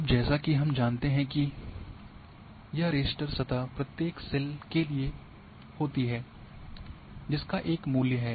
अब जैसा कि हम जानते हैं कि यह रास्टर सतह प्रत्येक सेल के लिए होती है जिसका एक मूल्य है